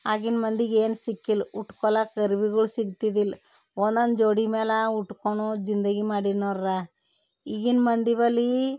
ಆಗಿನ ಮಂದಿಗೇನೂ ಸಿಕ್ಕಿಲ್ಲ ಉಟ್ಕೊಳಕ ಅರ್ಬಿಗಳು ಸಿಗ್ತಿದ್ದಿಲ್ಲ ಒಂದೊಂದು ಜೋಡಿ ಮೇಲೆ ಉಟ್ಕೊನು ಜಿಂದಗಿ ಮಾಡಿನೋರು ಈಗಿನ ಮಂದಿ ಬಳಿ